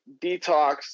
detox